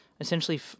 essentially